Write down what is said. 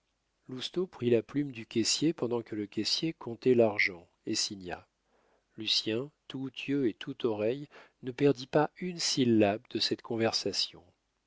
lousteau prit la plume du caissier pendant que le caissier comptait l'argent et signa lucien tout yeux et tout oreilles ne perdit pas une syllabe de cette conversation